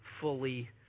fully